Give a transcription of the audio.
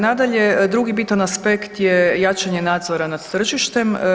Nadalje, drugi bitan aspekt je jačanje nadzora nad tržištem.